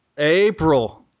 April